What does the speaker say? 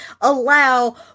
allow